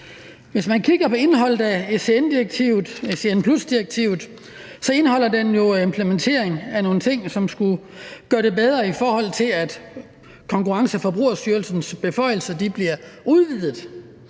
Hvis man kigger på indholdet af ECN+-direktivet, er det jo en implementering af nogle ting, som skulle gøre det bedre, for Konkurrence- og Forbrugerstyrelsens beføjelser bliver udvidet.